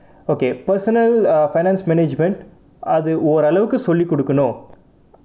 okay personal uh finance management அது ஓரு அளவுக்கு சொல்லிக்கொடுக்கனும்:athu oru alavukku sollikodukkanum